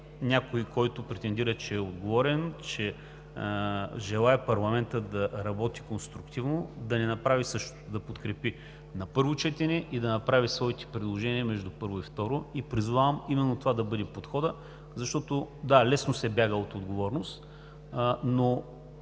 някой, който претендира, че е отговорен, че желае парламентът да работи конструктивно, да не направи същото – да подкрепи на първо четене и да направи своите предложения между първо и второ. Призовавам именно това да бъде подходът. Защото, да, лесно се бяга от отговорност, но